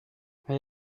elle